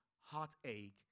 heartache